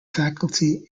faculty